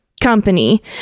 company